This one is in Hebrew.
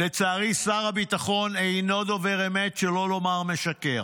לצערי שר הביטחון אינו דובר אמת, שלא לומר משקר.